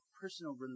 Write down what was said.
personal